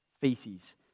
feces